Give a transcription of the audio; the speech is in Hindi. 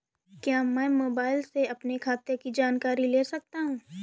क्या मैं मोबाइल से अपने खाते की जानकारी ले सकता हूँ?